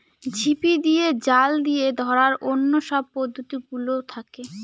ঝিপি দিয়ে, জাল দিয়ে ধরার অন্য সব পদ্ধতি গুলোও থাকে